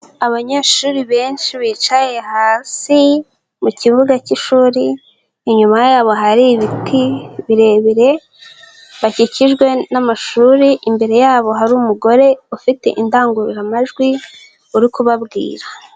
Abanyeshuri benshi bicaye hasi mu kibuga k'ishuri, inyuma yabo hari ibiti birebire bakikijwe n'amashuri imbere yabo hari umugore ufite indangururamajwi uri kubabwira.